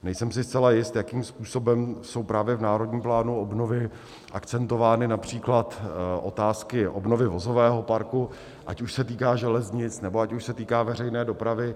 Nejsem si zcela jist, jakým způsobem jsou právě v Národním plánu obnovy akcentovány například otázky obnovy vozového parku, ať už se týká železnic, nebo ať už se týká veřejné dopravy.